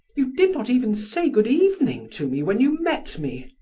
you did not even say good evening to me when you met me.